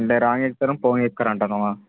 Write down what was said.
అంటే రాగా ఎక్కుతారు పోగా ఎక్కుతారు అంటన్నావా